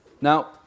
Now